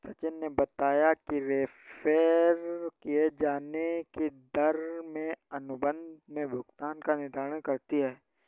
सचिन ने बताया कि रेफेर किये जाने की दर में अनुबंध में भुगतान का निर्धारण करती है